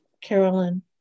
Carolyn